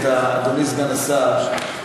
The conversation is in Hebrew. אדוני סגן השר,